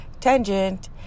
tangent